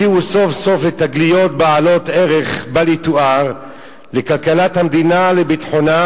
הביאו סוף-סוף לתגליות בעלות ערך בל יתואר לכלכלת המדינה ולביטחונה.